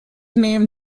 name